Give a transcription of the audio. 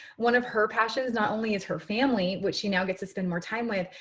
one of her passions not only is her family, which she now gets to spend more time with,